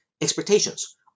expectations